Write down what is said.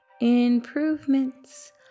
improvements